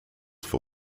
for